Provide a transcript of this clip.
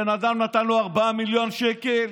הבן אדם נתן לו 4 מיליון שקל